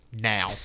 now